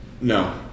No